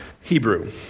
Hebrew